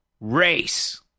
race